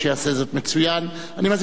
אני מזמין את יושב-ראש ועדת הכלכלה,